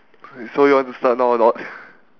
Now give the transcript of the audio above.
okay so you want to start now or not